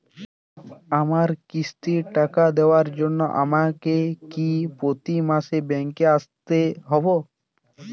আমার কিস্তির টাকা দেওয়ার জন্য আমাকে কি প্রতি মাসে ব্যাংক আসতে হব?